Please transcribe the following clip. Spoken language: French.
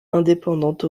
indépendante